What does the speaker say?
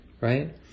right